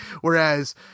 Whereas